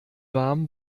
warm